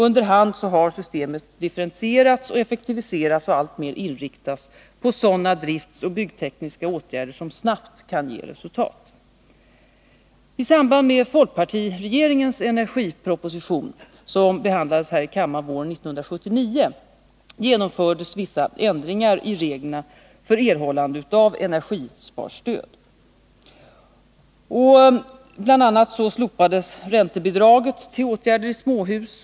Under hand har systemet differentierats, effektiviserats och alltmer inriktats på sådana driftsoch byggnadstekniska åtgärder som snabbt kan ge resultat. I samband med folkpartiregeringens energiproposition, som behandlades här i kammaren våren 1979, genomfördes vissa ändringar i reglerna för erhållande av energisparstöd. Bl. a. slopades räntebidraget till åtgärder i småhus.